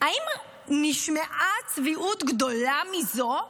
--- האם נשמעה צביעות גדולה מזו?